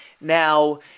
Now